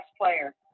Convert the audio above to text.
player